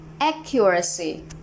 accuracy